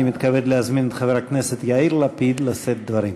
אני מתכבד להזמין את חבר הכנסת יאיר לפיד לשאת דברים.